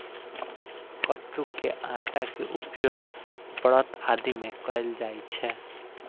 कट्टू के आटा के उपयोग व्रत आदि मे कैल जाइ छै